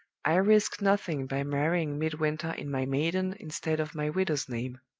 i risk nothing by marrying midwinter in my maiden instead of my widow's name.